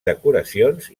decoracions